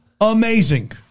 Amazing